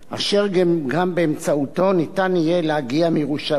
אשר גם באמצעותו ניתן יהיה להגיע מירושלים